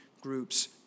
groups